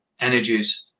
energies